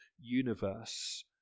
universe